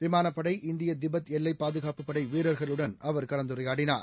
விமானப்பட இந்திய திபெத் எல்லைபாதகாப்புப் படைவீரர்களுடனும் அவர் கலந்துரையாடினார்